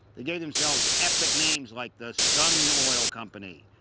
they gave themselves epic names like the sun oil company,